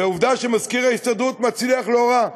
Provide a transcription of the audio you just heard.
ועובדה שמזכיר ההסתדרות מצליח לא רע.